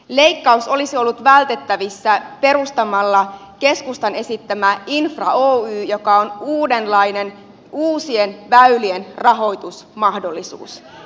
leikkaus olisi ollut vältettävissä perustamalla keskustan esittämä infra oy joka on uudenlainen uusien väylien rahoitusmahdollisuus